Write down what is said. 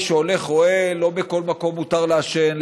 מי שהולך רואה שלא בכל מקום מותר לעשן.